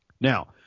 Now